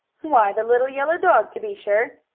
why the little yellow dog, to be sure!